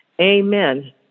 Amen